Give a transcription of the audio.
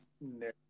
No